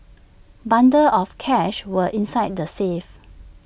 bundles of cash were inside the safe